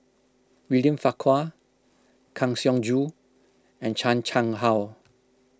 William Farquhar Kang Siong Joo and Chan Chang How